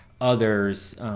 others –